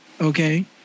Okay